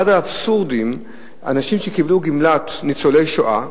אחד האבסורדים הוא שאנשים שקיבלו גמלת ניצולי שואה,